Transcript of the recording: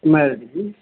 married ਜੀ